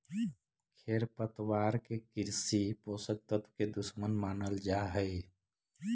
खेरपतवार के कृषि पोषक तत्व के दुश्मन मानल जा हई